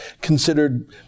considered